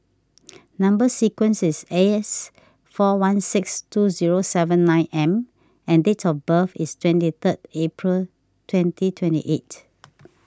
Number Sequence is S four one six two zero seven nine M and date of birth is twenty third April twenty twenty eight